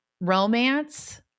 romance